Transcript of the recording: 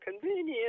convenient